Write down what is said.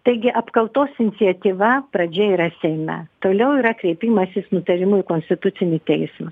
taigi apkaltos iniciatyva pradžia yra seime toliau yra kreipimasis nutarimu į konstitucinį teismą